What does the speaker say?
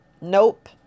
Nope